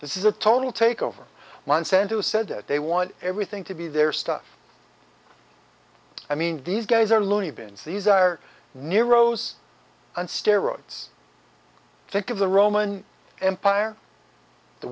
this is a total takeover one cent who said that they want everything to be their stuff i mean these guys are looney bins these are nero's on steroids think of the roman empire the